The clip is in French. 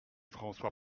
françois